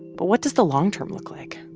but what does the long-term look like?